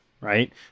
right